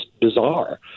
bizarre